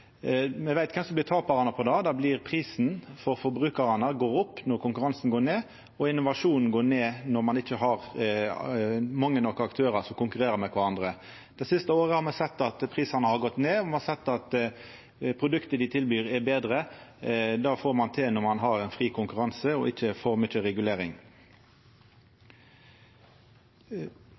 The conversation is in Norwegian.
Me veit kven som blir taparane då. Prisen for forbrukarane går opp når konkurransen går ned, og innovasjonen går ned når ein ikkje har mange nok aktørar som konkurrerer med kvarandre. Det siste året har me sett at prisane har gått ned, og me har sett at produktet dei tilbyr, er betre. Det får ein til når ein har fri konkurranse og ikkje for mykje regulering.